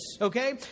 Okay